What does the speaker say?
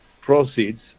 proceeds